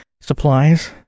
supplies